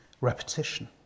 repetition